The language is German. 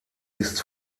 ist